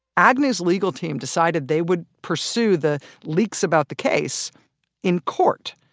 agnew's legal team decided they would pursue the leaks-about-the-case. in court.